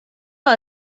های